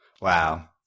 wow